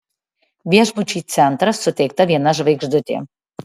viešbučiui centras suteikta viena žvaigždutė